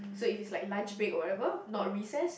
so if it's like lunch break or whatever not recess